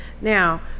now